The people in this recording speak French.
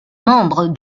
membre